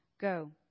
Go